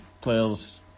players